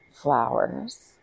flowers